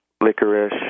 licorice